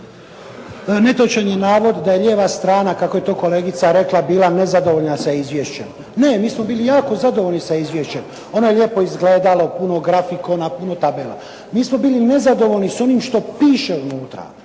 Netočan je navod da je lijeva strana kako je to kolegica rekla bila nezadovoljna sa izvješćem. Ne, mi smo bili jako zadovoljni sa izvješćem. Ono je lijepo izgledalo, puno grafikona, puno tabela. Mi smo bili nezadovoljni s onim što piše unutra.